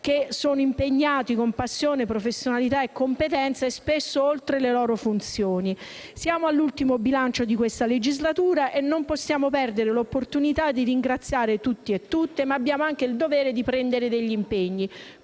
che sono impegnati con passione, professionalità e competenza, e spesso oltre le loro funzioni. Siamo all'ultimo bilancio di questa legislatura e non possiamo perdere l'opportunità di ringraziare tutti e tutte, ma abbiamo anche il dovere di prendere degli impegni.